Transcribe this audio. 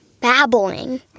Babbling